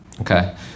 Okay